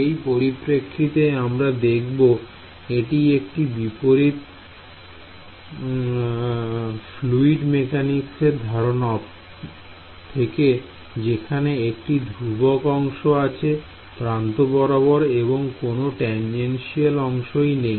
এই পরিপেক্ষিতে আমরা দেখব এটি একটি বিপরীত ফ্লুইড মেকানিক্সের ধারণা থেকে যেখানে একটি ধ্রুবক অংশ আছে প্রান্ত বরাবর এবং কোন টেনজেনশিয়াল অংশ নেই